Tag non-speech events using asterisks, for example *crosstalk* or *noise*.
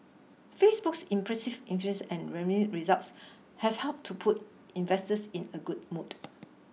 Facebook's impressive *unintelligible* and revenue results have helped to put investors in a good mood